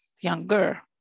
younger